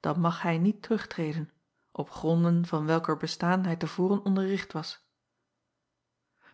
dan mag hij niet terugtreden op gronden van welker bestaan hij te voren onderricht was